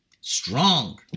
strong